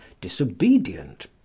disobedient